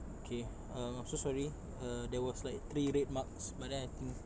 okay um I'm so sorry err there was like three red marks but then I think